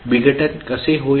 विघटन कसे होईल